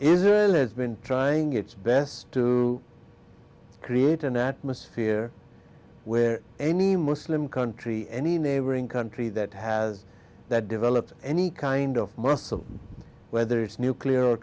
israel has been trying its best to create an atmosphere where any muslim country any neighboring country that has that developed any kind of muscle whether it's nuclear